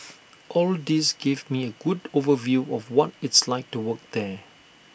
all this gave me A good overview of what it's like to work there